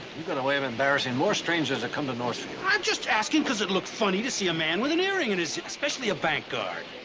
you got a way of embarrassing more strangers that come to northfield. i'm just asking because it looked funny to see a man with an earring in his ear. especially a bank guard.